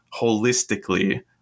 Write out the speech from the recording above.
holistically